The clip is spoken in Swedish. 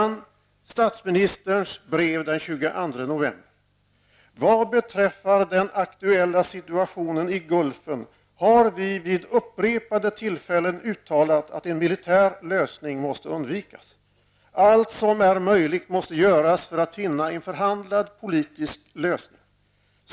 november står följande: ''Vad beträffar den aktuella situationen i Gulfen har vi vid upprepade tillfällen uttalat att en militär lösning måste undvikas. Allt som är möjligt måste göras för att finna en förhandlad politisk lösning.